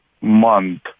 month